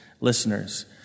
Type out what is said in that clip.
listeners